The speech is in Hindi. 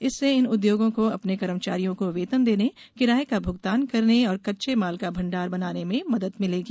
इससे ये उद्योग अपने कर्मचारियों को वेतन देने किराए का भुगतान करने और कच्चे माल का भंडार बनाने में मदद मिलेगी